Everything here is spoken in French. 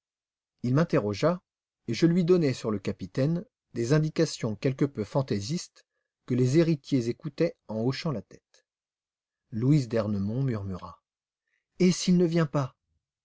il m'interrogea et je lui donnai sur le capitaine des indications quelque peu fantaisistes que les héritiers écoutaient en hochant la tête louise d'ernemont murmura et s'il ne vient pas